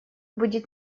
будет